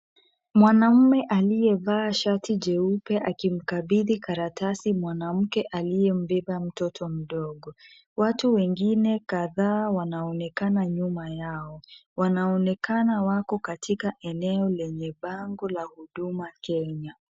Mwanaume aliyevaa shati jeupe akimkabidhi karatasi mwanamke aliyembeba mtoto mdogo. Watu wengine kadhaa wanaonekana nyuma yao. Wanaonekana wako katika eneo lenye bango la huduma Kenya.